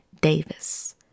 Davis